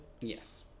yes